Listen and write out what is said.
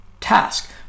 task